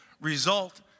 result